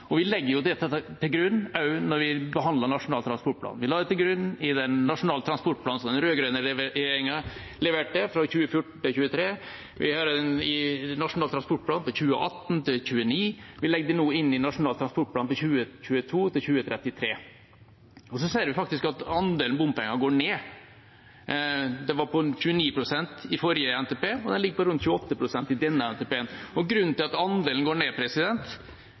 Vi legger også det til grunn når vi behandler Nasjonal transportplan. Vi la det til grunn i den nasjonale transportplanen som den rød-grønne regjeringa leverte for 2014–2023, vi gjorde det i Nasjonal transportplan 2018–2029, og vi legger det nå inn i Nasjonal transportplan 2022–2033. Og vi ser faktisk at andelen bompenger går ned. Det var på 29 pst. i forrige NTP, og det ligger på rundt 28 pst. i denne NTP-en. Grunnen til at andelen går ned,